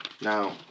Now